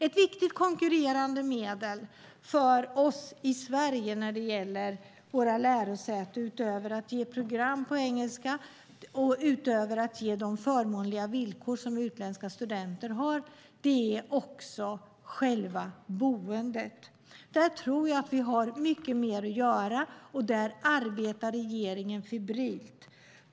Ett viktigt konkurrerande medel för oss i Sverige när det gäller våra lärosäten, utöver att ge program på engelska och utöver att ge de förmånliga villkor som utländska studenter har, är själva boendet. Där tror jag att vi har mycket mer att göra, och där arbetar regeringen febrilt.